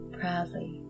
proudly